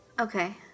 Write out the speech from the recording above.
Okay